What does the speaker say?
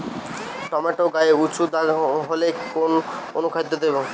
Tomato গায়ে উচু দাগ হলে কোন অনুখাদ্য দেবো?